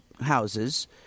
houses